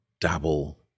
dabble